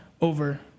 Over